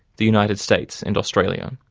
the united states and australia.